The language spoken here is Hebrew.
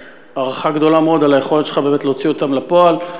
הערכה גדולה מאוד על היכולת שלך באמת להוציא אותן לפועל.